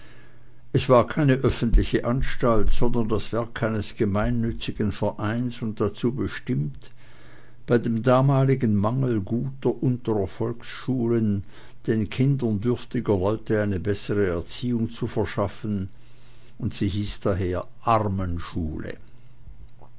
es war keine öffentliche anstalt sondern das werk eines gemeinnützigen vereins und dazu bestimmt bei dem damaligen mangel guter unterer volksschulen den kindern dürftiger leute eine bessere erziehung zu verschaffen und sie hieß daher